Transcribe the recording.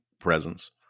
presence